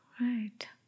Right